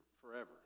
forever